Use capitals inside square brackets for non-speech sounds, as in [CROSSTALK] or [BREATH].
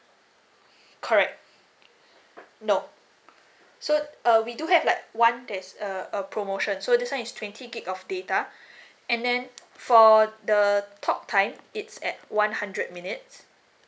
correct no so uh we do have like one there's err a promotion so this one is twenty G_B of data [BREATH] and then for the talk time it's at one hundred minutes